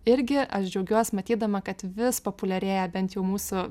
irgi aš džiaugiuos matydama kad vis populiarėja bent jau mūsų